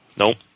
Nope